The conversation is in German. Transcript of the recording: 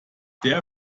der